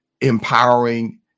empowering